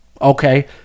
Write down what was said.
okay